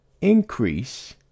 increase